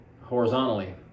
horizontally